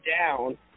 down